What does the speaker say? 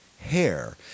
hair